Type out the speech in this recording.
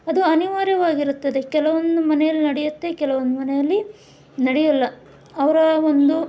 ಅದು ಅನಿವಾರ್ಯವಾಗಿರುತ್ತದೆ ಕೆಲವೊಂದು ಮನೆಯಲ್ಲಿ ನಡೆಯುತ್ತೆ ಕೆಲವೊಂದು ಮನೆಯಲ್ಲಿ ನಡೆಯೋಲ್ಲ ಅವರ ಒಂದು